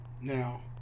Now